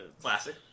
classic